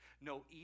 No